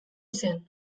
zen